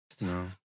No